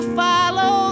follow